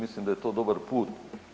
Mislim da je to dobar put.